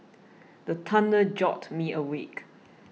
the thunder jolt me awake